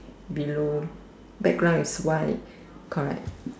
below background is white correct